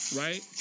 right